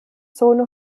zone